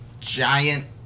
giant